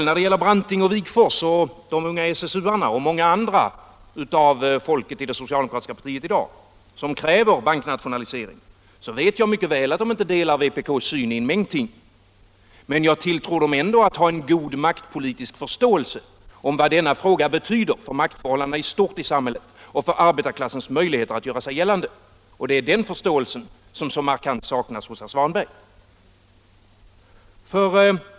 När det gäller Branting och Wigforss liksom när det gäller de unga SSU:arna och många andra av folket i det socialdemokratiska partiet i dag, som kräver en banknationalisering, vet jag mycket väl att de inte delar vpk:s syn i en mängd ting, men jag tilltror dem ändå att ha en god maktpolitisk förståelse om vad denna fråga betyder för maktför Näringspolitiken Näringspolitiken hållandena i stort i samhället och för arbetarklassens möjligheter att göra sig gällande. Det är den förståelsen som så markant saknas hos herr Svanberg.